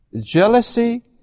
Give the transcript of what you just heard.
Jealousy